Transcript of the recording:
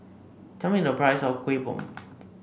tell me the price of Kueh Bom